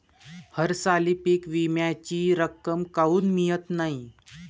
हरसाली पीक विम्याची रक्कम काऊन मियत नाई?